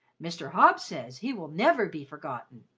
mr. hobbs says he will never be forgotten.